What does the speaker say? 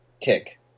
kick